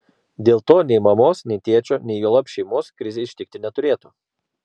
dėl to nei mamos nei tėčio nei juolab šeimos krizė ištikti neturėtų